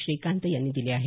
श्रीकांत यांनी दिले आहेत